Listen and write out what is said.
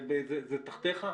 זה תחתיך?